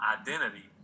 identity